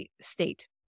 state